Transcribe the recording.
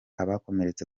abakomeretse